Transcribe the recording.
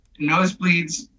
Nosebleeds